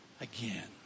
again